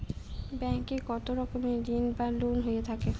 Bank এ কত রকমের ঋণ বা লোন হয়ে থাকে?